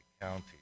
county